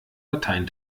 latein